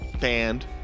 band